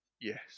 Yes